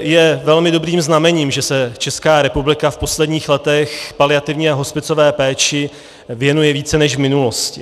Je velmi dobrým znamením, že se Česká republika v posledních letech paliativní a hospicové péči věnuje více než v minulosti.